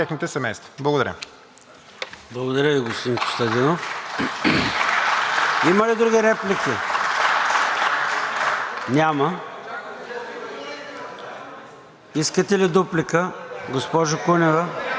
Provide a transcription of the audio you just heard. Искате ли дуплика, госпожо Кунева?